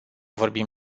vorbim